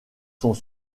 sont